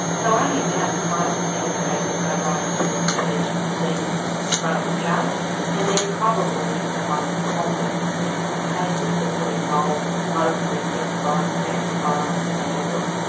so only about five per cent of cases go right through to being seen in front of a judge and they're probably the most complex and difficult cases, that would involve mostly things like but family violence, mental health,